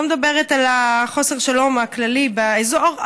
אני לא מדברת על חוסר השלום הכללי באזור,